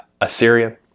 Assyria